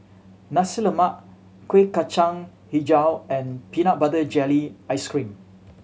Nasi Lemak Kueh Kacang Hijau and peanut butter jelly ice cream